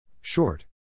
Short